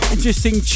Interesting